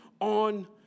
on